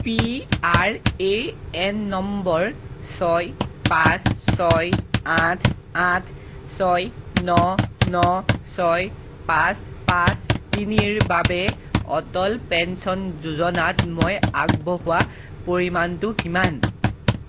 P R A N number ছয় পাঁচ ছয় আঠ আঠ ছয় ন ন ছয় পাঁচ পাঁচ তিনিৰ বাবে অটল পেঞ্চন যোজনাত মই আগবঢ়োৱা পৰিমাণটো কিমান